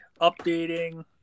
updating